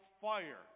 fire